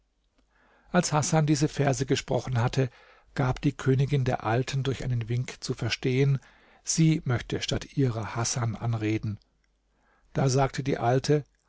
als hasan diese verse gesprochen hatte gab die königin der alten durch einen wink zu verstehen sie möchte statt ihrer hasan anreden da sagte die alte